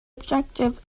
objective